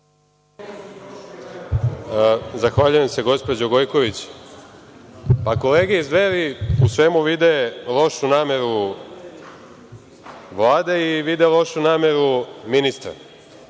Zahvaljujem se gospođo Gojković. Kolege iz Dveri u svemu vide lošu nameru Vlade i vide lošu nameru ministra,